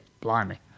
blimey